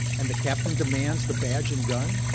and the captain demands the badge and gun.